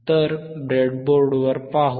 तर ब्रेडबोर्डवर पाहू